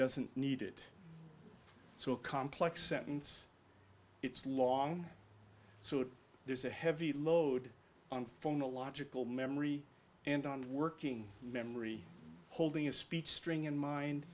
doesn't need it so a complex sentence it's long so there's a heavy load on phonological memory and on working memory holding a speech string in mind